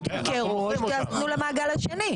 או שתמכרו או שתתנו למעגל השני.